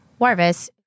Warvis